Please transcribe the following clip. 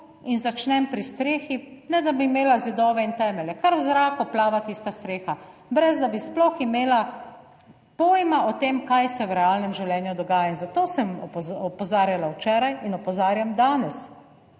in začnem pri strehi, ne da bi imela zidove in temelje, kar v zraku plava tista streha, brez da bi sploh imela pojma o tem, kaj se v realnem življenju dogaja. In zato sem opozarjala včeraj in opozarjam danes,